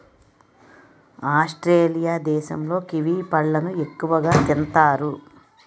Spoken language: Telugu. ఆస్ట్రేలియా దేశంలో కివి పళ్ళను ఎక్కువగా తింతారు